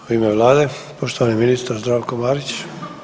U ime vlade, poštovani ministar Zdravko Marić.